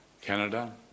Canada